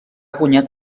guanyat